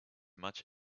much